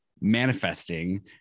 manifesting